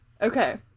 Okay